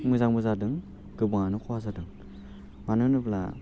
मोजांबो जादों गोबाङानो खहा जादों मानो होनोब्ला